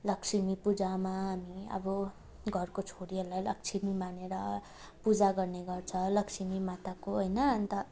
लक्ष्मी पूजामा हामी अब घरको छोरीहरूलाई लक्ष्मी मानेर पूजा गर्ने गर्छ लक्ष्मी माताको होइन अन्त